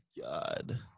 god